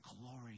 glory